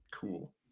Cool